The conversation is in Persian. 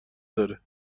داره